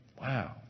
Wow